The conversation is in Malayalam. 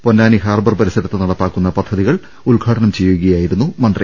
പൊന്നാനി ഹാർബർ പരിസരത്ത് നടപ്പാക്കുന്ന പദ്ധതികൾ ഉദ്ഘാടനം ചെയ്യുകയായി രുന്നു മന്ത്രി